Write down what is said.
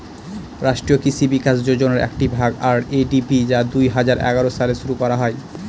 রাষ্ট্রীয় কৃষি বিকাশ যোজনার একটি ভাগ আর.এ.ডি.পি যা দুই হাজার এগারো সালে শুরু করা হয়